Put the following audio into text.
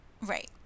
Right